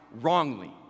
wrongly